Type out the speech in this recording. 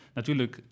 Natuurlijk